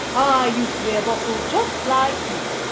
used to be a bottle just like you,